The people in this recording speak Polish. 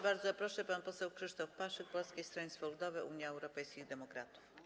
Bardzo proszę, pan poseł Krzysztof Paszyk, Polskie Stronnictwo Ludowe - Unia Europejskich Demokratów.